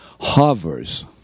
Hovers